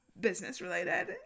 business-related